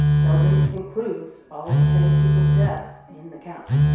belgium includes all ten people's deaths in the count.